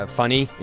funny